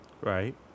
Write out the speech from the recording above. right